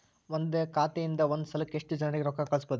ಒಂದ್ ಖಾತೆಯಿಂದ, ಒಂದ್ ಸಲಕ್ಕ ಎಷ್ಟ ಜನರಿಗೆ ರೊಕ್ಕ ಕಳಸಬಹುದ್ರಿ?